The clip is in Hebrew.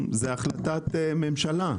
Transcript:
חירום, זה החלטת ממשלה.